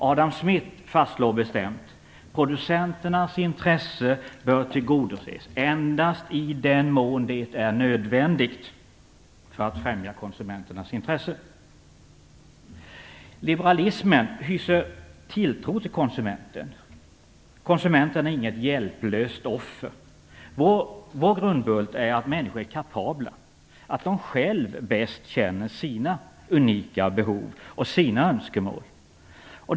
Adam Smith fastslår bestämt: "Producenternas intressen bör tillgodoses endast i den mån det är nödvändigt för att främja konsumenternas intressen." Liberalismen hyser tilltro till konsumenten. Konsumenten är inget hjälplöst offer. Vår grundbult är att människor är kapabla och själva bäst känner sina unika behov och önskemål.